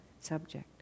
subject